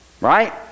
right